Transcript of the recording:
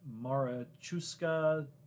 Marachuska